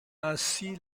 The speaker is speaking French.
ainsi